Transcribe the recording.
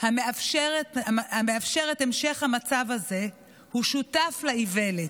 המאפשר את המשך המצב הזה שותף לאיוולת.